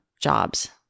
jobs